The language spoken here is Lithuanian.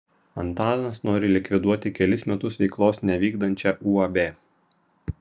antanas nori likviduoti kelis metus veiklos nevykdančią uab